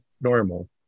normal